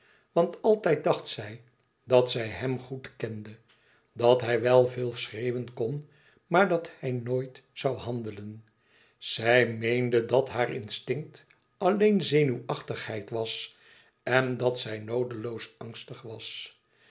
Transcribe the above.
want altijd dacht zij dat zij hem goed kende dat hij wel veel schreeuwen kon maar dat hij nooit zoû handelen zij meende dat haar instinct alleen zenuwachtigheid was en dat zij noodeloos angstig was